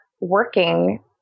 working